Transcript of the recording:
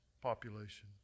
population